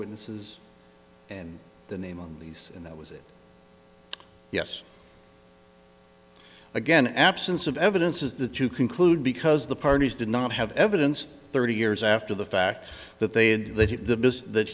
witnesses and the name of these and that was it yes again absence of evidence is that you conclude because the parties did not have evidence thirty years after the fact that they had th